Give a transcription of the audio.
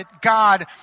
God